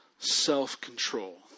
Self-control